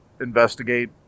investigate